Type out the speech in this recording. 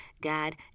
god